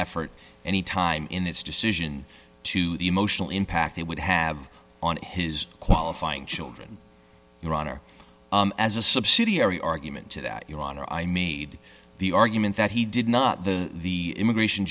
effort any time in its decision to the emotional impact it would have on his qualifying children your honor as a subsidiary argument to that your honor i made the argument that he did not the the immigration